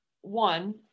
one